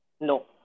No